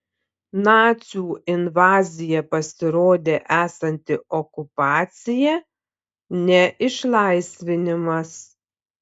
nacių invazija pasirodė esanti okupacija ne išlaisvinimas